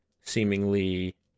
seemingly